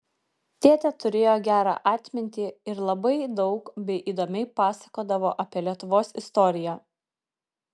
tėtė turėjo gerą atmintį ir labai daug bei įdomiai pasakodavo apie lietuvos istoriją